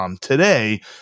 today